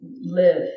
live